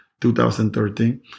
2013